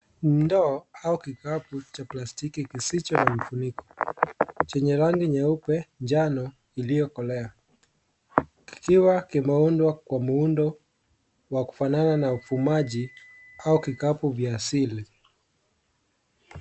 Ndoo au kikapu cha plastiki kisicho na kifuniko, chenye rangi nyeupe njano iliyokolea kikiwa kimeundwa na muundo wa kufanana na ufumaji au kikapu vya asili.